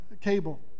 cable